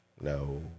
no